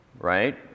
right